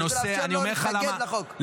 אני רוצה לאפשר לו להתנגד לחוק.